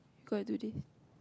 we got to do this